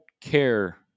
care